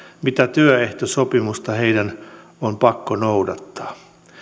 mitä työehtosopimusta heidän on pakko noudattaa